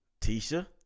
Tisha